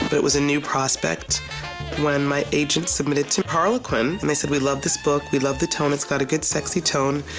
but was a new prospect when my agent submitted to harlequin and they said love this book, we love the tone, it's got a good sexy tone,